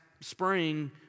spring